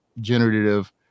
generative